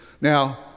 now